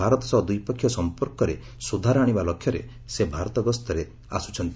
ଭାରତ ସହ ଦ୍ୱିପକ୍ଷୀୟ ସମ୍ପର୍କରେ ସୁଧାର ଆଶିବା ଲକ୍ଷ୍ୟରେ ସେ ଭାରତ ଗସ୍ତରେ ଆସୁଛନ୍ତି